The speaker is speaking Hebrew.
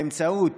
באמצעות